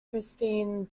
christine